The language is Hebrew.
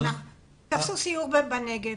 תעשו סיור בנגב,